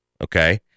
okay